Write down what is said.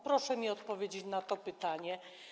Proszę mi odpowiedzieć na to pytanie.